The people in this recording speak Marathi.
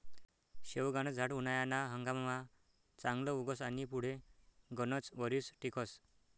शेवगानं झाड उनायाना हंगाममा चांगलं उगस आनी पुढे गनच वरीस टिकस